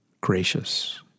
gracious